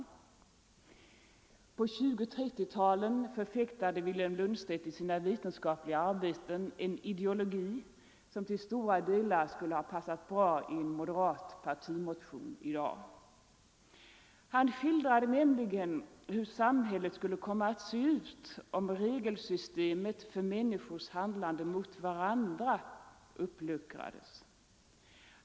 På 1920 och 1930-talen förfäktade Vilhelm Lundstedt i sina veten skapliga arbeten en ideologi, som till stora delar skulle ha passat bra i en moderat partimotion i dag. Han skildrade nämligen hur samhället skulle komma att se ut om regelsystemet för människors handlanden mot varandra uppluckrades.